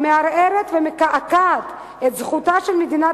המערערת ומקעקעת את זכותה של מדינת